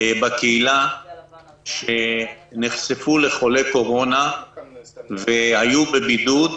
בקהילה שנחשפו לחולי קורונה והיו בבידוד,